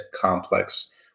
complex